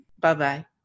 Bye-bye